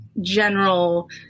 general